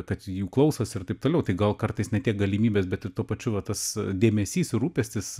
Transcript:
kad jų klausosi ir taip toliau tai gal kartais ne tiek galimybės bet ir tuo pačiu va tas dėmesys rūpestis